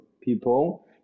people